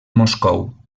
moscou